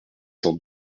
cent